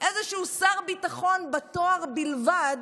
גם איזשהו שר ביטחון בתואר בלבד